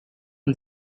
and